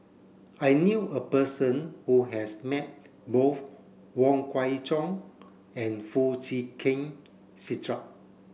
I knew a person who has met both Wong Kwei Cheong and Foo Chee Keng Cedric